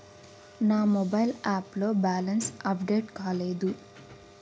నా mobile app లో balance update కాలేదు